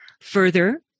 Further